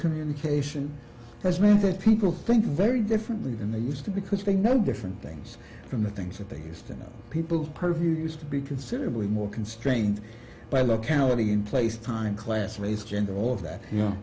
communication has meant that people think very differently than they used to because they know different things from the things that they used to know people per view used to be considerably more constrained by look hourly in place time class race gender all of that you know